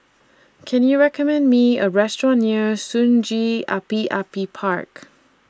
Can YOU recommend Me A Restaurant near Sungei Api Api Park